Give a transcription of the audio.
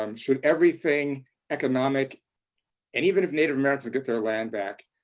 um should everything economic and even if native americans get their land back,